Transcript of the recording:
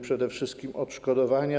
przede wszystkim na odszkodowania.